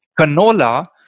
canola